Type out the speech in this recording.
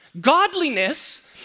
Godliness